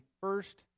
first